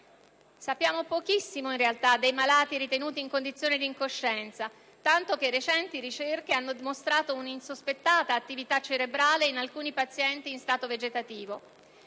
Sappiamo pochissimo, in realtà, dei malati ritenuti in condizione di incoscienza, tanto che recenti ricerche hanno dimostrato un'insospettata attività cerebrale in alcuni pazienti in stato vegetativo: